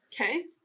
Okay